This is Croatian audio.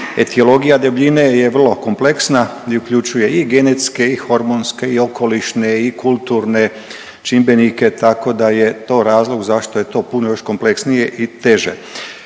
Etiologija debljine je vrlo kompleksna gdje uključuje i genetske i hormonske i okolišne i kulturne čimbenike tako da je to razlog zašto je to puno još kompleksnije i teže.